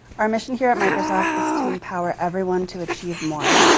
our mission here at microsoft is to empower everyone to achieve more.